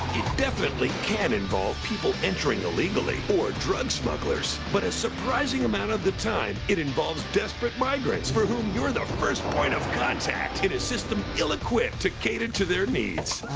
it definitely can involve people entering illegally, or drug smugglers. but a surprising amount of the time, it involves desperate migrants for whom you're the first point of contact in a system ill-equipped to cater to their needs.